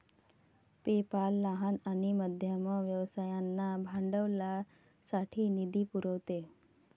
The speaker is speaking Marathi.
पेपाल लहान आणि मध्यम व्यवसायांना भांडवलासाठी निधी पुरवते